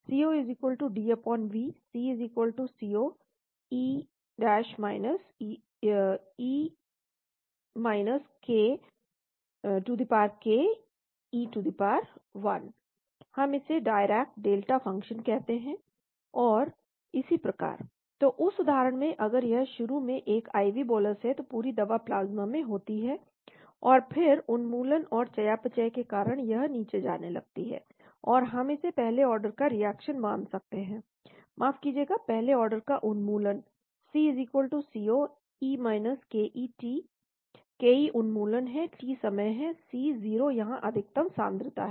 Co DV C Co e ket हम इसे Dirac delta function कहते हैं और इसी प्रकार तो उस उदाहरण में अगर यह शुरू में एक IV बोलस है तो पूरी दवा प्लाज्मा में होती है और फिर उन्मूलन और चयापचय के कारण यह नीचे जाने लगती है तो हम इसे पहले ऑर्डर का रिएक्शन मान सकते हैं माफ कीजिएगा पहले ऑर्डर का उन्मूलन C C0 e ke t ke उन्मूलन है t समय है C0 यहाँ अधिकतम सांद्रता है